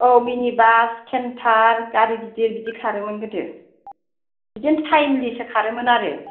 औ मिनि बास खेन्तार गारि गिदिर बिदि खारोमोन गोदो बिदिनो टाइमलिसो खारोमोन आरो